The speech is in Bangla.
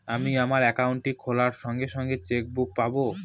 আমি আমার একাউন্টটি খোলার সঙ্গে সঙ্গে চেক বুক পাবো?